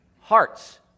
Hearts